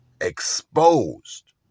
exposed